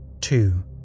two